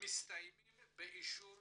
ומסתיימים באישור